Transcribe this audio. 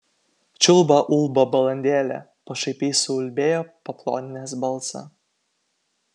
čiulba ulba balandėlė pašaipiai suulbėjo paploninęs balsą